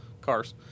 cars